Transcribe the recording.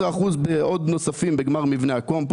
זרמים, כשהכל נעשה